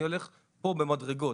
אני הולך פה במדרגות.